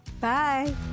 Bye